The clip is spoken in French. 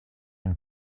une